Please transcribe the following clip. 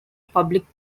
public